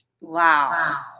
Wow